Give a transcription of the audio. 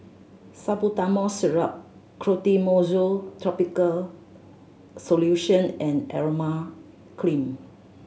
Salbutamol Syrup Clotrimozole Topical Solution and Emla Cream